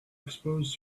expose